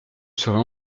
seraient